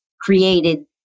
created